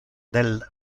del